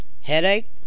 Headache